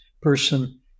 person